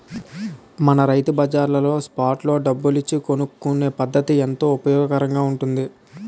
మన రైతు బజార్లో స్పాట్ లో డబ్బులు ఇచ్చి కొనుక్కునే పద్దతి ఎంతో ఉపయోగకరంగా ఉంటుంది